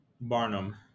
Barnum